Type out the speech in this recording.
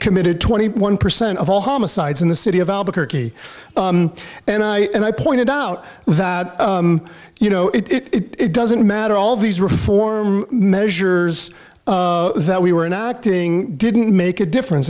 committed twenty one percent of all homicides in the city of albuquerque and i and i pointed out that you know it doesn't matter all these reform measures that we were in acting didn't make a difference